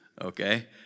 okay